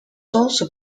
also